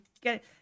get